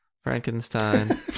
Frankenstein